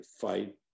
fight